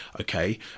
okay